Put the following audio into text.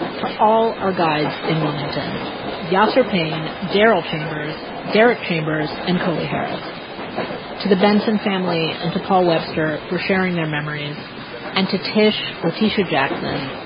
to all our guides in wilmington yassir payne, darrell chambers, derrick chambers and kohle harris to the benson family and to paul webster for sharing their memories and to tish, latisha jackson,